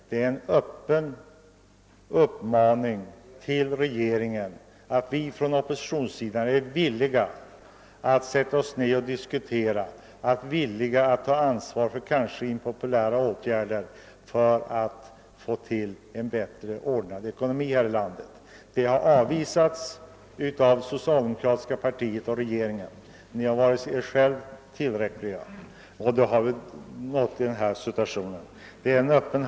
Det innebär att vi inom oppositionen meddelat regeringen att vi är beredda att diskutera och ta ansvar för kanske impopulära åtgärder för att få en bättre ekonomi i landet. Detta bud har avvisats av socialdemokratiska partiet och regeringen. Ni har varit er själva nog, och därför har vi kommit i den nuvarande svåra situationen.